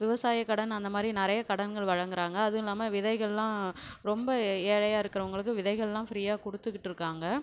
விவசாய கடன் அந்தமாதிரி நிறைய கடன்கள் வழங்கறாங்க அதுவும் இல்லாமல் விதைகள்லாம் ரொம்ப ஏழையாக இருக்கறவுங்களுக்கு விதைகள்லாம் ஃப்ரீயாக கொடுத்துக்குட்டு இருக்காங்க